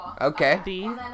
Okay